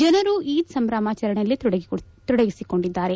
ಜನರು ಈದ್ ಸಂಭ್ರಮಾಚರಣೆಯಲ್ಲಿ ತೊಡಗಿಸಿಕೊಂಡಿದ್ದಾರೆ